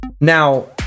now